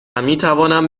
میتوانم